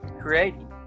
creating